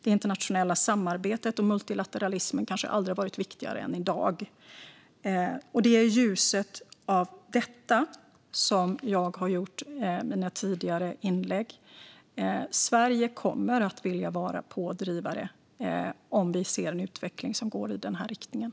Det internationella samarbetet och multilateralismen har kanske aldrig varit viktigare än i dag. Det är i ljuset av detta som jag har gjort mina tidigare inlägg. Sverige kommer att vilja vara pådrivare om vi ser en utveckling som går i den här riktningen.